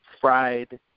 fried